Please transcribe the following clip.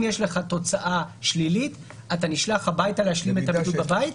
אם יש לך תוצאה שלילית אתה נשלח הביתה להשלים את הבידוד בבית.